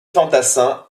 fantassins